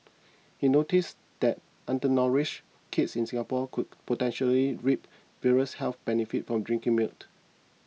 he noticed that undernourished kids in Singapore could potentially reap various health benefits from drinking milk